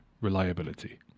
reliability